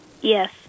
Yes